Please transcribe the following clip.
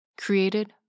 Created